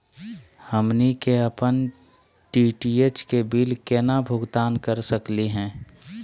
हमनी के अपन डी.टी.एच के बिल केना भुगतान कर सकली हे?